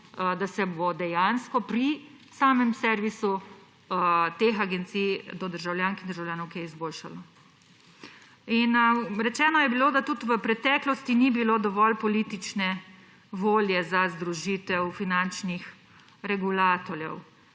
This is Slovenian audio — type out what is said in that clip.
da se bo dejansko pri samem servisu teh agencij do državljank in državljanov kaj izboljšalo. Rečeno je bilo, da tudi v preteklosti ni bilo dovolj politične volje za združitev finančnih regulatorjev.